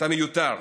אתה מיותר.